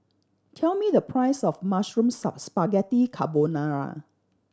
tell me the price of Mushroom Spaghetti Carbonara